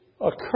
occur